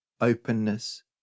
openness